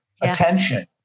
attention